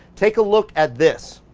take a look at this.